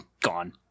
gone